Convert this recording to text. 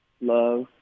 love